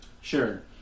Sure